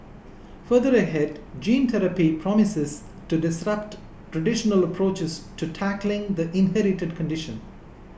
further ahead gene therapy promises to disrupt traditional approaches to tackling the inherited condition